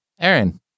Aaron